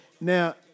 Now